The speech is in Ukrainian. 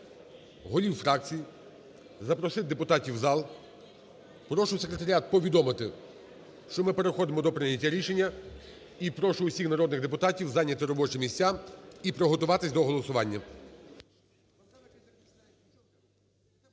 голів фракцій запросити депутатів в зал. Прошу секретаріат повідомити, що ми переходимо до прийняття рішення і прошу усіх народних депутатів зайняти робочі місця і приготуватись до голосування.